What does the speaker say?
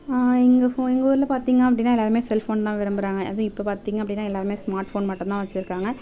எங்கள் ஃபோ எங்கள் ஊரில் பாரத்திங்க அப்படின்னா எல்லாருமே செல் ஃபோன் தான் விரும்புகிறாங்க அதுவும் இப்போ பார்த்திங்க அப்படின்னா எல்லாருமே ஸ்மார்ட் ஃபோன் மட்டும் தான் வெச்சிருக்காங்க